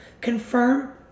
confirm